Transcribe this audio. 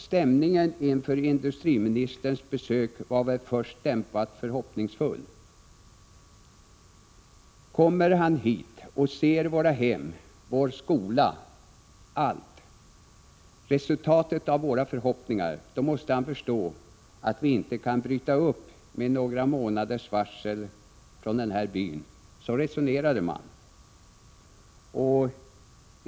Stämningen inför industriministerns besök var väl först dämpat förhoppningsfull. Kommer han hit och ser våra hem, vår skola och allt här, resultatet av våra förhoppningar, då måste han förstå att vi inte kan bryta upp med några månaders varsel från den här byn — så resonerade man.